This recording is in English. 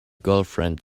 girlfriend